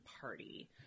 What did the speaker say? Party